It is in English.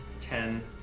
ten